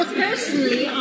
personally